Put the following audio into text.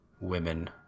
women